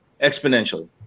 exponentially